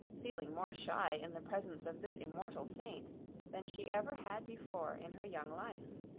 feeling more shy in the presence of this immortal saint than she ever had before in her young life.